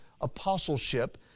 apostleship